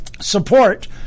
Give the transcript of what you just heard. support